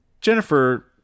Jennifer